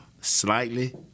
Slightly